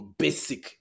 basic